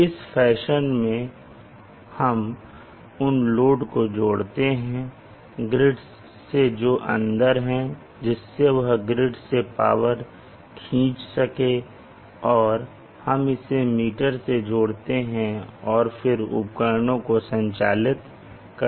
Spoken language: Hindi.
तो इस फैशन में हम उन लोड को जोड़ते हैं ग्रिड से जो अंदर हैं जिससे वह ग्रिड से पावर खींच सकें और हम इसे मीटर से जोड़ते हैं और फिर उपकरणों को संचालित करते हैं